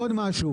דבר.